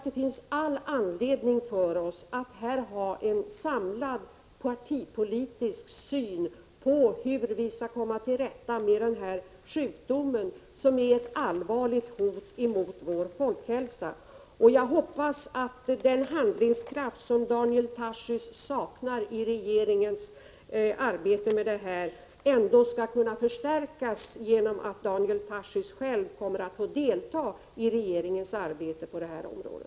Det finns all anledning för oss att här ha en samlad partipolitisk syn på hur vi skall komma till rätta med denna sjukdom, som är ett allvarligt hot mot vår folkhälsa. Jag hoppas att den handlingskraft som Daniel Tarschys saknar i regeringens arbete med denna fråga skall kunna förstärkas genom att Daniel Tarschys själv kommer att få delta i detta arbete.